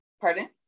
Pardon